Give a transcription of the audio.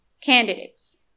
candidates